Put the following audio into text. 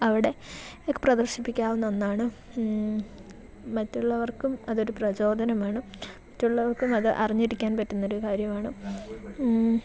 അവിടെ ഇതൊക്കെ പ്രദർശിപ്പിക്കാവുന്ന ഒന്നാണ് മറ്റുള്ളവർക്കും അതൊരു പ്രചോദനമാണ് മറ്റുള്ളവർക്കും അത് അറിഞ്ഞിരിക്കാൻ പറ്റുന്നൊരു കാര്യമാണ്